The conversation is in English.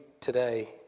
today